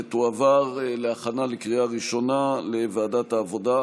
ותועבר להכנה לקריאה ראשונה לוועדת העבודה,